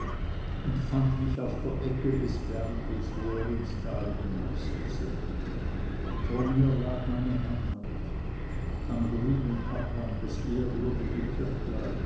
und fand mich auf der ecke des berges wo er ins tal hinab sich senkt vor mir lag meine heimat am grünen abhang das ehrwürdige kirchlein